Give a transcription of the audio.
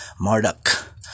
Marduk